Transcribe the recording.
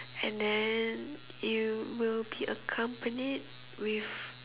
and then you will be accompanied with